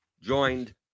Joined